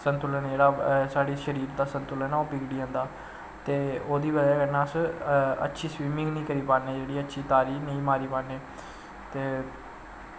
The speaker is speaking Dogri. संतुलन जेह्ड़ा साढ़े शरीर दा संतुलन ऐ ओह् बिगड़ी जंदा ते ओह्दी बज़ा कन्नै अस अच्छी स्विमिंग नी करी पान्ने जेह्ड़ी अच्छी तारी नेंई मारी पान्ने ते